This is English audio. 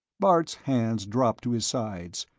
bart's hands dropped to his sides,